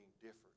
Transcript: different